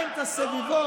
בוסו,